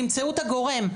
תמצאו את הגורם.